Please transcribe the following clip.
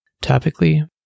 Topically